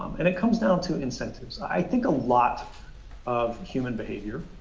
and it comes down to incentives. i think a lot of human behavior.